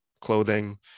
clothing